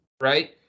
Right